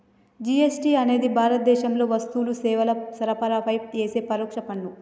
GST అనేది భారతదేశంలో వస్తువులు, సేవల సరఫరాపై యేసే పరోక్ష పన్ను